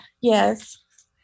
yes